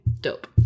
dope